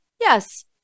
Yes